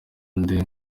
nde